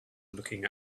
looking